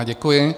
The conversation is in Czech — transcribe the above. Děkuji.